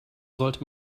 sollte